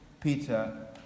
Peter